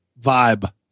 vibe